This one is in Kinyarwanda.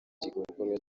gikorwa